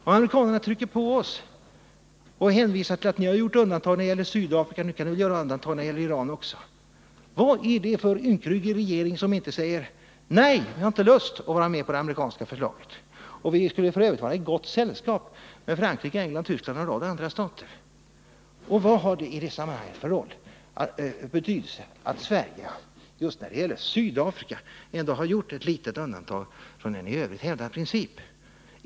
Om amerikanerna trycker på oss, hänvisar till att vi har gjort ett undantag när det gäller Sydafrika och menar att då kan vi göra ett undantag för Iran också — vad är det för ynkryggad regering som då inte säger: Nej, vi har inte lust att vara med på det amerikanska förslaget. Viskulle f. ö. vara i gott sällskap med Frankrike, England, Tyskland och en rad andra stater. Vad har det i det sammanhanget för betydelse att Sverige när det gäller Sydafrika ändå har gjort ett litet undantag från en i övrigt hävdad princip?